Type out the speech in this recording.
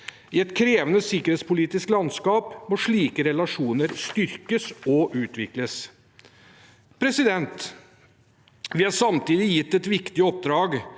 I et krevende sikkerhetspolitisk landskap må slike relasjoner styrkes og utvikles. Vi er samtidig gitt et viktig oppdrag